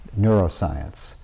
neuroscience